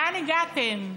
לאן הגעתם?